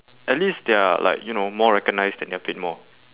at least they're like you know more recognised then they're paid more